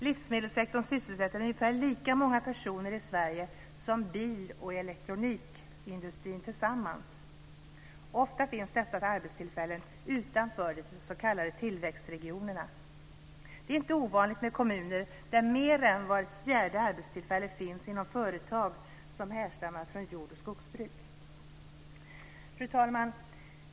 Livsmedelssektorn sysselsätter ungefär lika många personer i Sverige som bil och elektronikindustrin tillsammans. Ofta finns dessa arbetstillfällen utanför de s.k. tillväxtregionerna. Det är inte ovanligt med kommuner där mer än vart fjärde arbetstillfälle finns inom företag som härstammar från jord och skogsbruk. Fru talman!